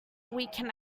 weekend